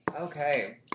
Okay